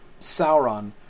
Sauron